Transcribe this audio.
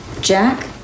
Jack